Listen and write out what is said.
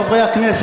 בבקשה, אדוני.